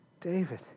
David